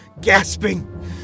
gasping